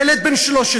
ילד בן 13,